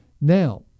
Now